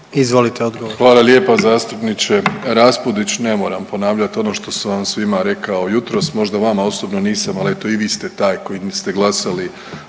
Izvolite odgovor.